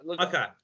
Okay